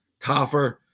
Taffer